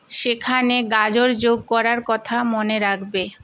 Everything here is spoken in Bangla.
সেখানে গাজর যোগ করার কথা মনে রাখবে